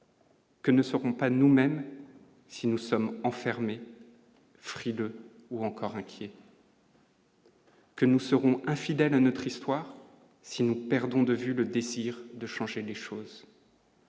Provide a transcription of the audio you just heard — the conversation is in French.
Que ne seront pas nous même si nous sommes enfermés ou encore inquiets. Que nous serons infidèles, notre histoire, si nous perdons de vue le désir de changer les choses.